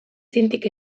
txintik